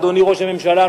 אדוני ראש הממשלה,